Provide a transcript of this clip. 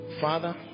Father